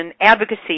Advocacy